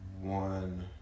One